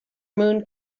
moon